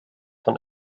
von